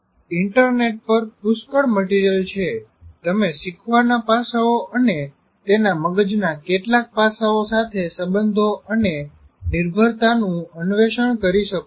internet પર પુષ્કળ material છે તમે શીખવાના પાસાઓ અને તેના મગજના કેટલાક પાસાઓ સાથે સંબંધો અને નિર્ભરતાનું અન્વેષણ કરી શકો છો